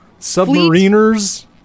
submariners